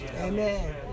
Amen